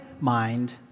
mind